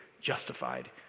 justified